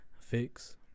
Fix